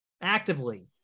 actively